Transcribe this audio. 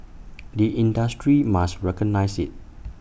the industry must recognise IT